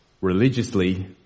religiously